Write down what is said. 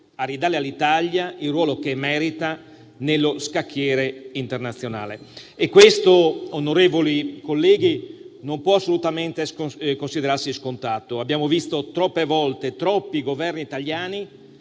a ridare all'Italia il ruolo che merita nello scacchiere internazionale. Questo, onorevoli colleghi, non può assolutamente considerarsi scontato. Abbiamo visto, troppe volte, troppi Governi italiani